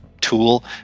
tool